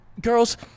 Girls